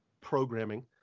programming